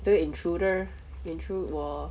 这个 intruder intrude 我